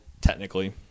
technically